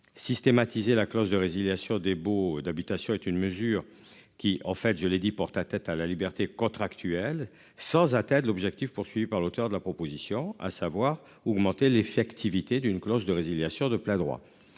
Systématiser la clause de résiliation des baux d'habitation est une mesure qui, en fait je l'ai dit, porte atteinte à la liberté contractuelle sans atteindre l'objectif poursuivi par l'auteur de la proposition à savoir augmenter l'effectivité d'une clause de résiliation de plein droit.